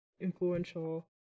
influential